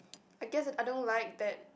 I guess I don't like that